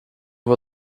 vou